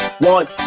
one